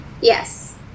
Yes